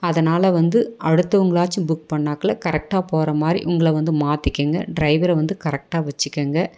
அதனால் வந்து அடுத்தவங்களாச்சும் புக் பண்ணாக்ல கரெக்டாக போகிற மாதிரி உங்களை வந்து மாற்றிக்கிங்க டிரைவரை வந்து கரெக்டாக வச்சுக்கோங்க